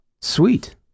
Sweet